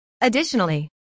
Additionally